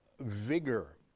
vigor